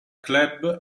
club